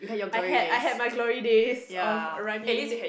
I had I had my glory days of running